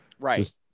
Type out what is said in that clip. right